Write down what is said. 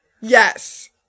Yes